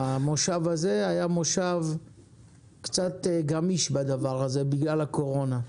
המושב הזה היה קצת גמיש מן הבחינה הזאת בגלל הקורונה.